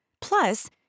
Plus